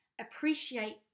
appreciate